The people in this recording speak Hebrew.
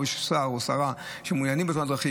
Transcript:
יש שר או שרה שמעוניינים בתאונות דרכים.